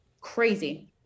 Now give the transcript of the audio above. crazy